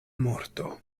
morto